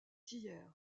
hier